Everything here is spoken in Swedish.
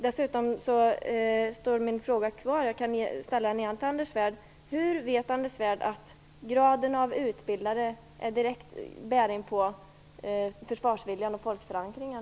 Dessutom står min fråga kvar, och jag ställer den igen: Hur vet Anders Svärd att graden av utbildade har direkt bäring på försvarsviljan och folkförankringen?